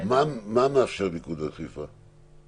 מה מאפשר מיקוד אכיפה?